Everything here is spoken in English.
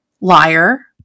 liar